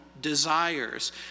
desires